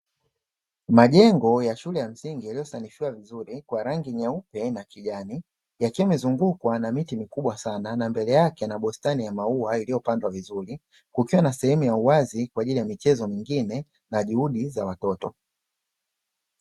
Majengo ya shule ya msingi yaliyosanifiwa vizuri kwa rangi nyeupe na kijani, yakiwa yamezungukwa na miti mikubwa sana na mbele yake yana bustani ya maua iliyopandwa vizuri, kukiwa na sehemu ya uwazi kwa ajili ya michezo mingine na juhudi za watoto.